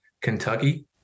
Kentucky